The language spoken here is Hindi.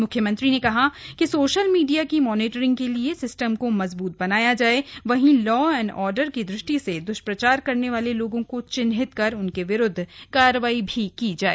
मुख्यमंत्री ने कहा कि सोशल मीडिया की मॉनिटरिंग के लिए सिस्टम को मजबूत बनाया जाय वहीं लॉ एवं आर्डर की दृष्टि से द्ष्प्रचार करने वाले लोगों को चिन्हित कर उनके विरूद्व कार्रवाई की जाय